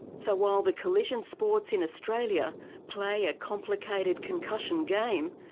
so while the collision sports in australia play a complicated concussion game,